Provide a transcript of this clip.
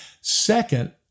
Second